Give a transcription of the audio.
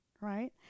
right